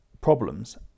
problems